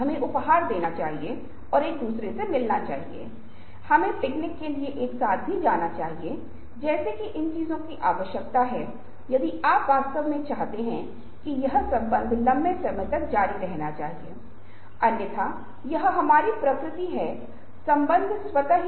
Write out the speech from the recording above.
तो यह दिलचस्प प्रभाव है अब आप पाते हैं कि देखना शक्ति और ज्ञान से संबंधित है क्योंकि पहले की परंपरा में आप देखते हैं कि चीजों की दृश्यता अगर आप चीजों को देखने की स्थिति में हैं तो आप शक्तिशाली हैं लेकिन अधिक महत्वपूर्ण हैं पहले की परंपरा यदि अन्य लोग आपको देखते हैं तो उन्हें आपकी शक्ति के बारे में पता चलता है